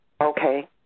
Okay